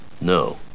No